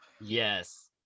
yes